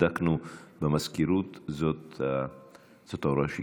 בדקנו במזכירות, זאת ההוראה שקיבלנו.